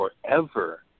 Forever